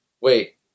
wait